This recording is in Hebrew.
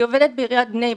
היא עובדת בעיריית בני ברק,